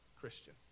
Christian